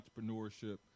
entrepreneurship